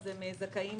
הם זכאים